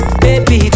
baby